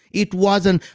it wasn't,